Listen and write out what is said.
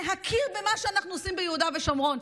להכיר במה שאנחנו עושים ביהודה ושומרון.